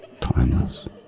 timeless